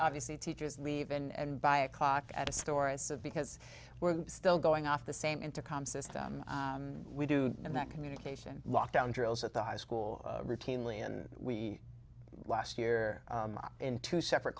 obviously teachers leave and buy a clock at a store as so because we're still going off the same intercom system we do and that communication lockdown drills at the high school routinely and we last year in two separate